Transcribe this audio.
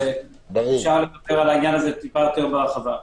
אפשר לדבר על זה יותר בהרחבה.